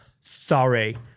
sorry